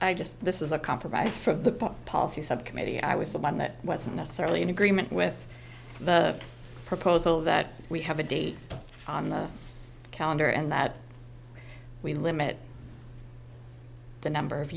i just this is a compromise for the policy subcommittee i was the one that wasn't necessarily in agreement with the proposal that we have a date on the calendar and that we limit the number of